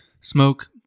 smoke